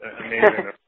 amazing